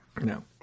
No